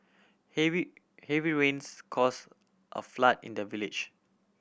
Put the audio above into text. heavy heavy rains cause a flood in the village